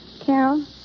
Carol